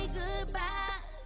goodbye